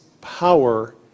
power